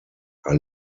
are